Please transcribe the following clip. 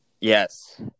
Yes